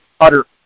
utter